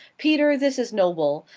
peter, this is noble!